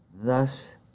Thus